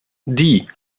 die